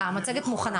המצגת מוכנה.